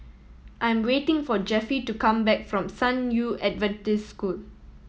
I am waiting for Jeffie to come back from San Yu Adventist School